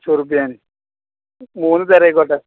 മൂന്ന് തരായിക്കൊള്ളട്ടെ